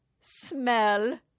smell